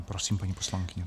Prosím, paní poslankyně.